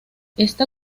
esta